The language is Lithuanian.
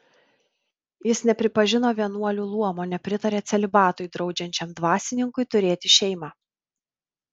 jis nepripažino vienuolių luomo nepritarė celibatui draudžiančiam dvasininkui turėti šeimą